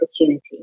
opportunity